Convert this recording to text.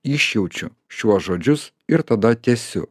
išjaučiu šiuos žodžius ir tada tęsiu